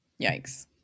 Yikes